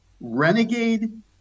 renegade